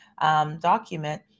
document